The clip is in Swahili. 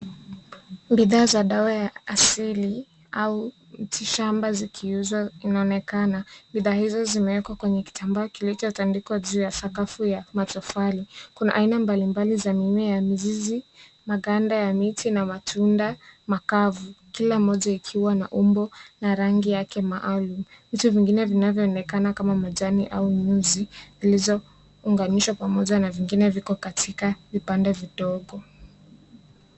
Bidhaa za dawa ya asili au mti shamba zikiuzwa inaonekana. Bidhaa hizo zimewekwa kwenye kitambaa kilichotandikwa juu ya sakafu ya matofali. Kuna aina mbalimbali za mimea, mizizi ,maganda ya miti na matunda makavu, kila mmoja ikiwa na umbo na rangi yake maalum. Vitu vingine vinavyoonekana kama majani au nyuzi zilizounganishwa pamoja na vingine viko katika vipande vidogo.